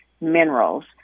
minerals